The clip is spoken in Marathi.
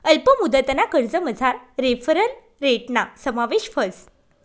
अल्प मुदतना कर्जमझार रेफरल रेटना समावेश व्हस